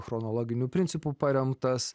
chronologiniu principu paremtas